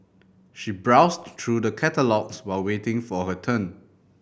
she browsed through the catalogues while waiting for her turn